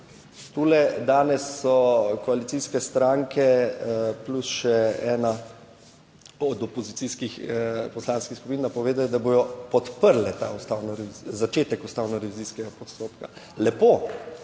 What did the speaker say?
tule danes so koalicijske stranke, plus še ena od opozicijskih poslanskih skupin napovedale, da bodo podprle ta ustavno, začetek ustavno revizijskega postopka. Lepo,